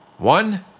One